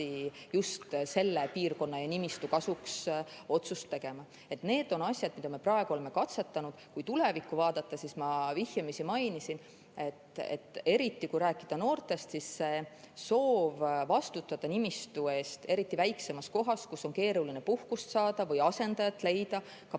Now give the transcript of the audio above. just selle piirkonna nimistu kasuks otsust tegema. Need on asjad, mida me praegu oleme katsetanud. Kui tulevikku vaadata, siis ma vihjamisi mainisin, eriti kui rääkida noortest, et soov vastutada nimistu eest, eriti väiksemas kohas, kus on keeruline puhkust saada või asendajat leida ka